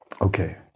Okay